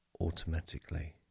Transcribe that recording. automatically